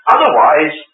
Otherwise